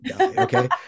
Okay